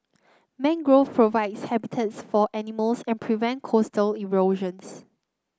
mangrove provide habitats for animals and prevent coastal erosion